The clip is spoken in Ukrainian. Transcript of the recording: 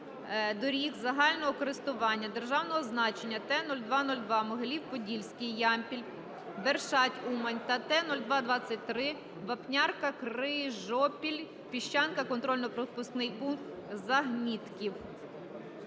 доріг загального користування державного значення Т 0202 Могилів-Подільський - Ямпіль - Бершадь - Умань та Т 0223 Вапнярка – Крижопіль – Піщанка - контрольно-пропускний пункт "Загнитків".